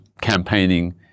campaigning